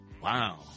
wow